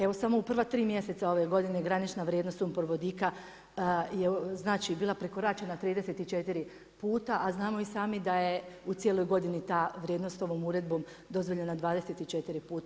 Evo samo u prva 3 mjeseca ove godine, granična vrijednost sumporvodika je znači bila prekoračena 34 puta a znamo i sami da je u cijeloj godini ta vrijednost ovom uredbom dozvoljena 24 puta.